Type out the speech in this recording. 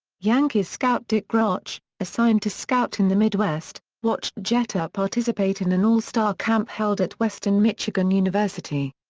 yankees scout dick groch, assigned to scout in the midwest, watched jeter participate in an all-star camp held at western michigan university.